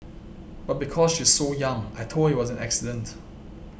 but because she's so young I told her it was an accident